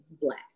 black